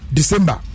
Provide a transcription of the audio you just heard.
December